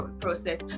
process